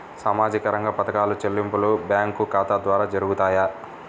సామాజిక రంగ పథకాల చెల్లింపులు బ్యాంకు ఖాతా ద్వార జరుగుతాయా?